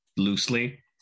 loosely